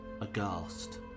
aghast